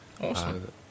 Awesome